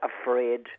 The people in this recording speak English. afraid